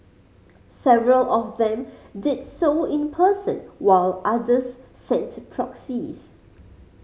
several of them did so in person while others sent proxies